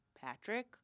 Patrick